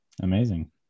Amazing